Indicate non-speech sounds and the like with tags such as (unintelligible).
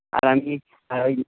আর আমি (unintelligible)